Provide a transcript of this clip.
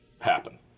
happen